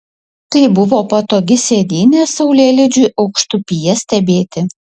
tai buvo patogi sėdynė saulėlydžiui aukštupyje stebėti